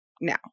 now